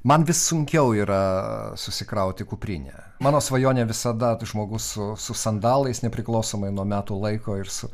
man vis sunkiau yra susikrauti kuprinę mano svajonė visada žmogus su su sandalais nepriklausomai nuo metų laiko ir su